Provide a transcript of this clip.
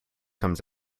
comes